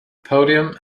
podium